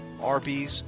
Arby's